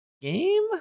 game